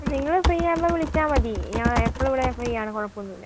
നിങ്ങൾ ഫ്രീ ആവുമ്പം വിളിച്ചാൽ മതി ഞാൻ എപ്പോളും ഇവിടെ ഫ്രീ ആണ് കുഴപ്പം ഒന്നും ഇല്ല